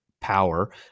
power